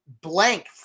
blank